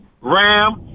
Ram